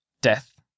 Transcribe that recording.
Death